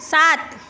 सात